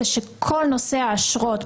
כל נושאי האשרות,